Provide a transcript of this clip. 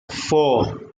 four